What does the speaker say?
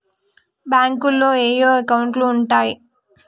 బ్యాంకులో ఏయే అకౌంట్లు ఉంటయ్?